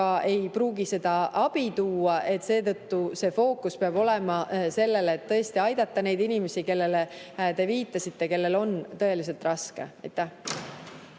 ei pruugi seda abi tuua. Seetõttu peab fookus olema sellel, et tõesti aidata neid inimesi, kellele te viitasite ja kellel on tõeliselt raske. Nüüd